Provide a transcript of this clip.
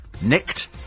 Nicked